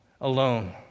alone